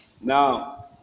Now